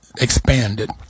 expanded